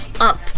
up